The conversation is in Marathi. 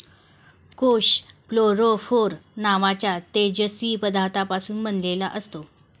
कोष फ्लोरोफोर नावाच्या तेजस्वी पदार्थापासून बनलेला असतो